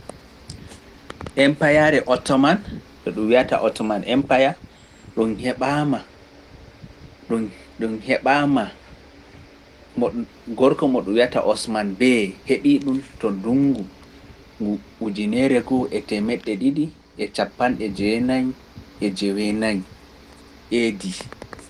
Empayaare Othoman nde ɗum wiyata Othman Empire, ɗum heɓaama, ɗum - ɗum heɓaama mo ɗum - gorko mo ɗum wiyata Othman Bey heɓii-ɗum to ndunngu ngo ujineere go'o e teemeɗɗe ɗiɗi e cappanɗe jeenayi e joweenayi AD.